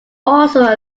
also